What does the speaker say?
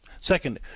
Second